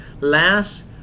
last